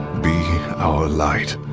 be our light